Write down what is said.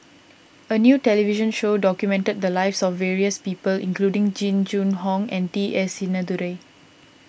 a new television show documented the lives of various people including Jing Jun Hong and T S Sinnathuray